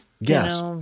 Yes